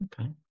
Okay